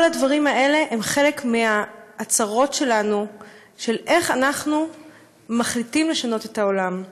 כל הדברים האלה הם חלק מההצהרות של איך אנחנו מחליטים לשנות את העולם.